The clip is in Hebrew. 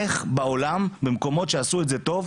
איך בעולם במקומות שעשו את זה טוב,